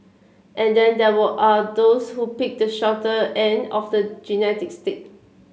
and then there were are those who picked the shorter end of the genetic stick